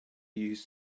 use